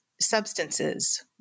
substances